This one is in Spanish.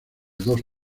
dos